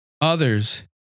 others